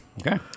Okay